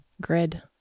grid